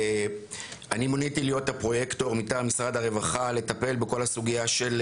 אני מוניתי להיות הפרויקטור מטעם משרד הרווחה לטפל בכל הסוגיה של,